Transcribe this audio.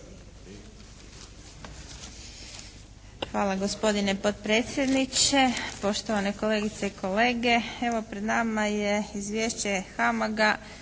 Hvala gospodine potpredsjedniče, poštovane kolegice i kolege. Evo pred nama je Izvješće HAMAG-a